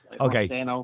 Okay